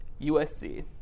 USC